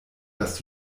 dass